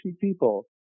people